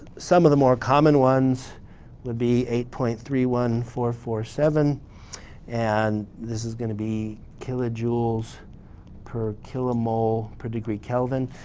some of the more common ones would be eight point three one four four seven and this is going to be kilojoules per kilomole per degree kelvin.